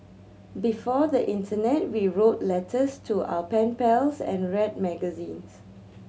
before the internet we wrote letters to our pen pals and read magazines